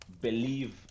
Believe